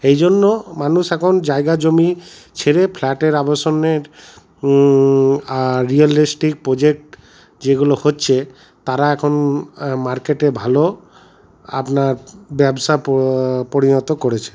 এই জন্য মানুষ এখন জায়গা জমি ছেড়ে ফ্ল্যাটের আবাসনের আর রিয়েলিস্টিক প্রোজেক্ট যেগুলো হচ্ছে তারা এখন মার্কেটে ভালো আপনার ব্যবসা পরিণত করেছে